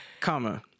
Comma